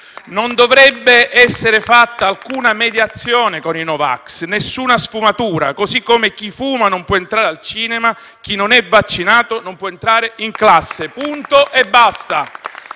Non dovrebbe essere fatta alcuna mediazione con i no vax, nessuna sfumatura: così come chi fuma non può entrare al cinema, chi non è vaccinato non può entrare in classe. Punto e basta.